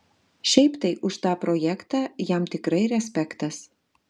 šiaip tai už tą projektą jam tikrai respektas